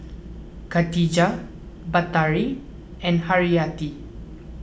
Katijah Batari and Haryati